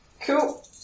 Cool